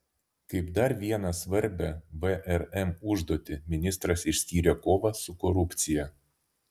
kaip dar vieną svarbią vrm užduotį ministras išskyrė kovą su korupcija